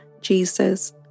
Jesus